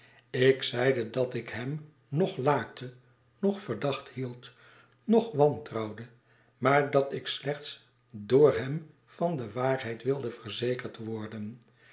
ik zeide dat ik hem noch laakte noch verdacht hield noch wantrouwde maar dat ik slechts door hem van de waarheid wilde verzekerd worden